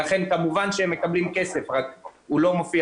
כמובן שהם מקבלים כסף רק שהוא לא מופיע